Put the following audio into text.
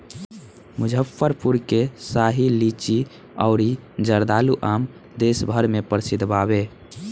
मुजफ्फरपुर के शाही लीची अउरी जर्दालू आम देस भर में प्रसिद्ध बावे